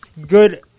good